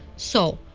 so,